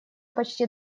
почти